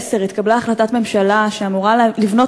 ב-2010 התקבלה החלטת ממשלה שאמורה לבנות